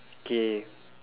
okay